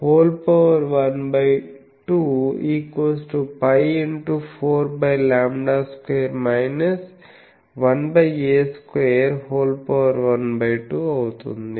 β10k2 π2a2½ π4λ2 1a2½ అవుతుంది